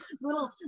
little